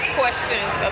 questions